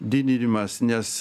didinimas nes